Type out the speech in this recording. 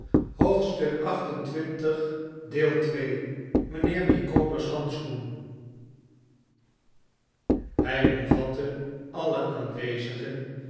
u goedenayond mijnheer hij omvatte alle aanwezigen